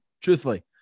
Truthfully